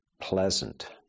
pleasant